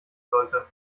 sollte